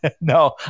No